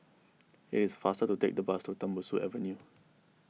it is faster to take the bus to Tembusu Avenue